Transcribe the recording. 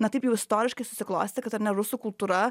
na taip jau istoriškai susiklostė kad ar ne rusų kultūra